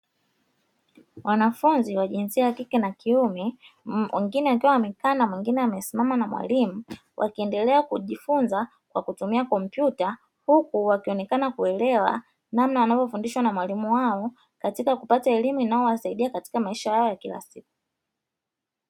Wanafunzi wa jinsia ya kike na kiume, mwingine akiwa amekaa na mwingine akiwa amesimama na mwalimu na kutumia komyuta huku wakiwa wanaelewa namna wanavyofundishwa na mwalimu wao katika kupata elimu inayowasaidia katika maisha ya kila siku.